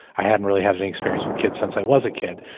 i hadn't really had any experience with kids since i was a kid.